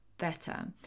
Better